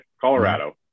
Colorado